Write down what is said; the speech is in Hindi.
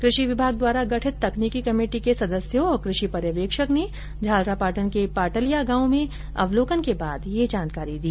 कृषि विभाग द्वारा गठित तकनीकी कमेटी के सदस्यों और कृषि पर्यवेक्षक ने झालरापाटन के पाटलिया गांव में अवलोकन के बाद ये जानकारी दी